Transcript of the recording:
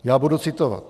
Já budu citovat: